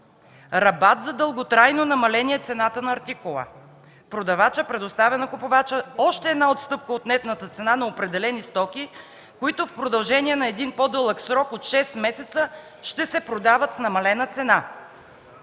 рабат за дълготрайно намаление цената на артикула – продавачът предоставя на купувача още една отстъпка от нетната цена на определени стоки, които в продължение на един по-дълъг срок от 6 месеца ще се продават с намалена цена;